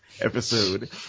episode